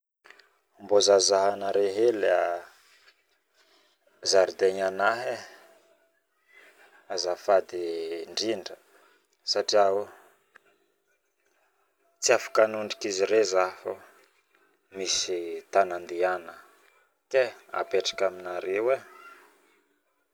Mbao zazahanareo hely zaridaigny anahy azafady ndrindra satria tsy afaka hanondraka izireo zaho fa misy tany andihanagna kay apetraka aminareo ay